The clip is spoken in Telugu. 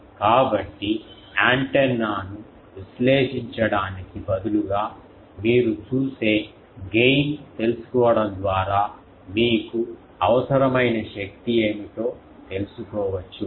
కాబట్టి యాంటెన్నాను విశ్లేషించడానికి బదులుగా మీరు చూసే గెయిన్ తెలుసుకోవడం ద్వారా మీకు అవసరమైన శక్తి ఏమిటో తెలుసుకోవచ్చు